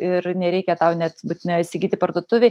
ir nereikia tau net būtinai įsigyti parduotuvėj